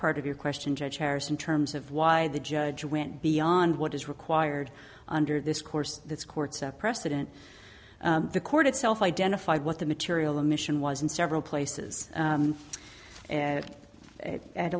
part of your question judge harrison terms of why the judge went beyond what is required under this course this court's precedent the court itself identified what the material admission was in several places and at